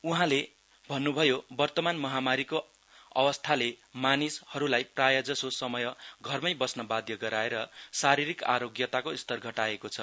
उहांले भन्न् भयो वर्तमान महामारीको अवस्थाले मानिसहरूलाई प्राय जस्तो समय घरमै बस्न बाध्य गराएर शारीरिक आरोग्यताको स्तर घटाएको छ